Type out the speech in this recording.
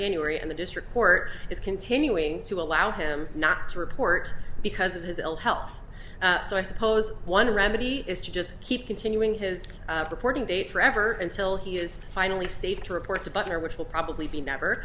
january and the district court is continuing to allow him not to report because of his ill health so i suppose one remedy is to just keep continuing his reporting date forever until he is finally safe to report to butler which will probably be never